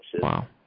Wow